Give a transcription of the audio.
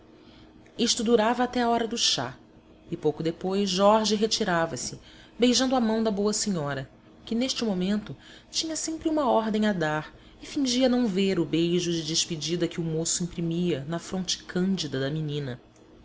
isto durava até a hora do chá e pouco depois jorge retirava se beijando a mão da boa senhora que neste momento tinha sempre uma ordem a dar e fingia não ver o beijo de despedida que o moço imprimia na fronte cândida da menina